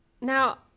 Now